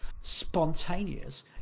spontaneous